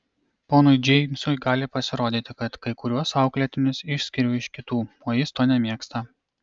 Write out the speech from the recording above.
ponui džeimsui gali pasirodyti kad kai kuriuos auklėtinius išskiriu iš kitų o jis to nemėgsta